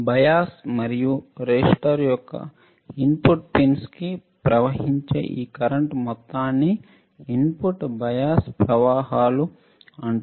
bias మరియు resistor యొక్క input పిన్స్లోకి ప్రవహించే ఈ కరెంట్ మొత్తాన్ని ఇన్పుట్ బయాస్ ప్రవాహాలు అంటారు